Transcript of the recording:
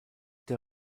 der